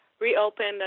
reopened